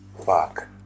Fuck